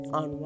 on